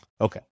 Okay